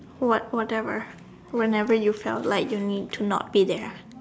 what~ whatever whenever you felt like you need to not be there